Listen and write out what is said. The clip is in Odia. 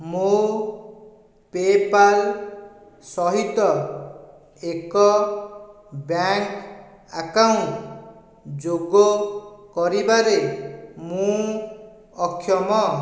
ମୋ ପେ'ପାଲ୍ ସହିତ ଏକ ବ୍ୟାଙ୍କ୍ ଆକାଉଣ୍ଟ ଯୋଗ କରିବାରେ ମୁଁ ଅକ୍ଷମ